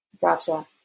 gotcha